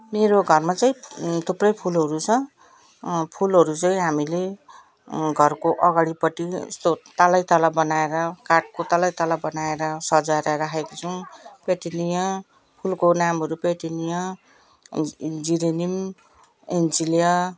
मेरो घरमा चाहिँ थुप्रै फुलहरू छ फुलहरू चाहिँ हामीले घरको अगाडिपट्टि यस्तो तलै तला बनाएर काठको तलै तला बनाएर सजाएर राखेको छौँ पिटुनिया फुलको नामहरू पिटुनिया जिरेनियम एन्जिलिया